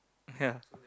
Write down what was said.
ya